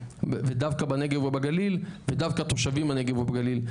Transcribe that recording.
ודווקא בנגב ובגליל ודווקא עם תושבים של הנגב והגליל.